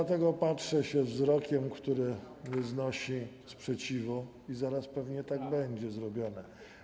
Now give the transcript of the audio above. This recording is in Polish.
Dlatego patrzę wzrokiem, który nie znosi sprzeciwu, i zaraz pewnie tak będzie zrobione.